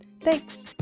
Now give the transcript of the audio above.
Thanks